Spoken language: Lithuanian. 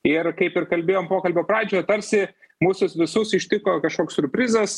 ir kaip ir kalbėjom pokalbio pradžioje tarsi mūsus visus ištiko kažkoks siurprizas